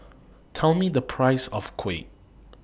Tell Me The Price of Kuih